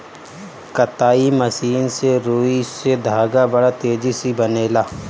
कताई मशीन से रुई से धागा बड़ा तेजी से बनेला